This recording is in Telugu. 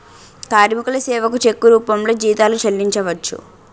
కార్మికుల సేవకు చెక్కు రూపంలో జీతాలు చెల్లించవచ్చు